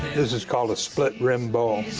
this is called a split rim bowl.